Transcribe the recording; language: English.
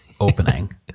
opening